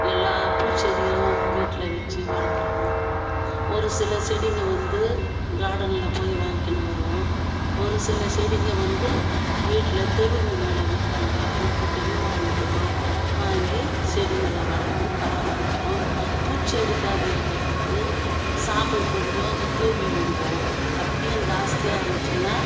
எல்லா பூச்செடியும் வீட்டில் வச்சு வளர்க்குறோம் ஒரு சில செடிங்கள் வந்து கார்டனில் போய் வாங்கிக்கின்னு வருவோம் ஒரு சில செடிங்கள் வந்து வீட்டில் தெருங்கள் மேல விற்பாங்க அவங்ககிட்டயும் வாங்கிக்கிவோம் வாங்கி செடிங்களை வளர்த்து பராமரிக்கிறோம் பூச்சடிக்காத இருக்குறதுக்கு சாம்பல் கொஞ்சம் தூவிவிடுவோம் அப்படியும் ஜாஸ்தியாக இருந்துச்சின்னால்